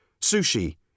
Sushi